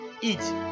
eat